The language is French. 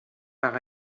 par